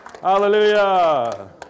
Hallelujah